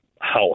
house